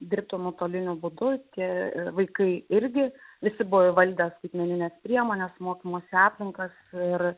dirbti nuotoliniu būdu tie vaikai irgi visi buvo įvaldę skaitmenines priemones mokymosi aplinkas ir